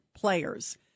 players